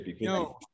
No